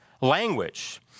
language